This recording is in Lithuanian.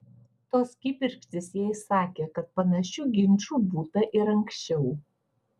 tos kibirkštys jai sakė kad panašių ginčų būta ir anksčiau